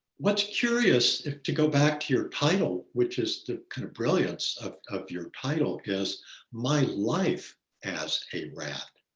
what's curious to go back to your title, which is the kind of brilliance of of your title is my life as a rat.